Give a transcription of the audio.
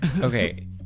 Okay